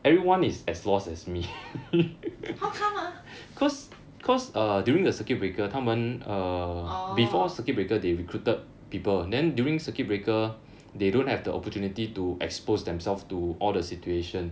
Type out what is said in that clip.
how come ah orh